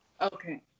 okay